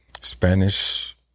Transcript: Spanish